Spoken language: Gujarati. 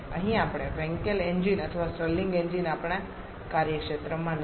અહીં આપણે વેન્કેલ એન્જિન અથવા સ્ટર્લિંગ એન્જિન આપણાં કાર્યક્ષેત્રમાં નથી